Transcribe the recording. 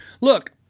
look